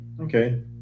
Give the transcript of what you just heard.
okay